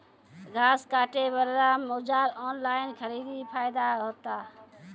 घास काटे बला औजार ऑनलाइन खरीदी फायदा होता?